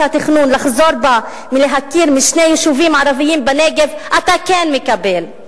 התכנון לחזור בה מלהכיר בשני יישובים ערביים בנגב אתה כן מקבל,